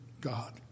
God